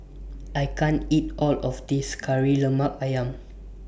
I can't eat All of This Kari Lemak Ayam